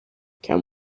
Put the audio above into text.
can